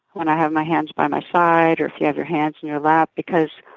when i have my hands by my side or if you have your hands in your lap because,